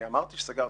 אני אמרתי שסגרתי.